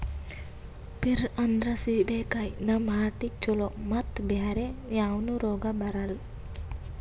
peer ಅಂದ್ರ ಸೀಬೆಕಾಯಿ ನಮ್ ಹಾರ್ಟಿಗ್ ಛಲೋ ಮತ್ತ್ ಬ್ಯಾರೆ ಯಾವನು ರೋಗ್ ಬರಲ್ಲ್